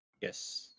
Yes